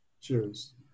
Cheers